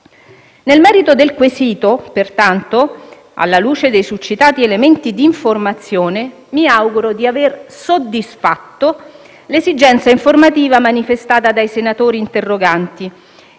Nel merito del quesito, pertanto, alla luce dei succitati elementi d'informazione, mi auguro di aver soddisfatto l'esigenza informativa manifestata dai senatori interroganti,